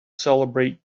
celebrate